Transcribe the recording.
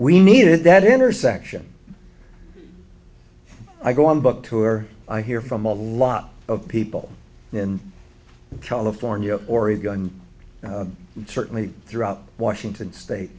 we needed that intersection i go on book tour i hear from a lot of people in california oregon and certainly throughout washington state